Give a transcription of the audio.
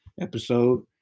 episode